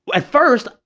at first,